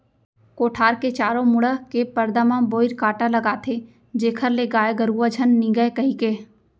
कोठार के चारों मुड़ा के परदा म बोइर कांटा लगाथें जेखर ले गाय गरुवा झन निगय कहिके